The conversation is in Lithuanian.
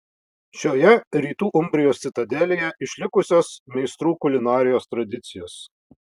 šioje rytų umbrijos citadelėje išlikusios meistrų kulinarijos tradicijos